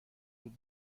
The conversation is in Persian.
بود